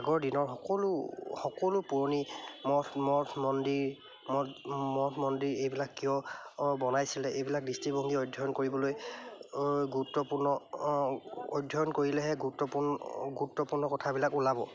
আগৰ দিনৰ সকলো সকলো পুৰণি মঠ মঠ মন্দিৰ মঠ মঠ মন্দিৰ এইবিলাক কিয় বনাইছিলে এইবিলাক দৃষ্টিভংগী অধ্যয়ন কৰিবলৈ গুৰুত্বপূৰ্ণ অধ্যয়ন কৰিলেহে গুৰুত্বপূৰ্ণ গুৰুত্বপূৰ্ণ কথাবিলাক ওলাব